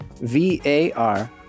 V-A-R